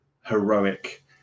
heroic